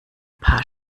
paar